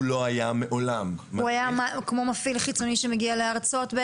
הוא לא היה מעולם מדריך -- הוא היה כמו מפעיל חיצוני שמגיע להרצות?